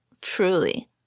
truly